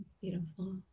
Beautiful